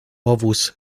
powóz